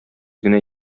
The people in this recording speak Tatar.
генә